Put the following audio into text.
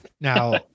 Now